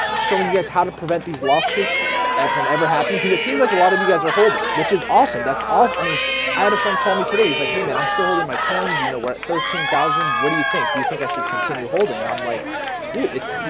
showing you guys how to prevent these losses and from ever happening cuz it seems like a lot of you guys are holding which is awesome, that's awesome. een. i mean i had a friend. call me today. he's like hey, man. i'm still holding my coins you know we're at thirteen thousand. what do you think do you think i should continue holding, and i'm like dude it's you